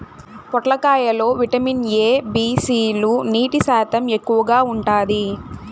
పొట్లకాయ లో vitamin A, B, C లు, నీటి శాతం ఎక్కువగా ఉంటాది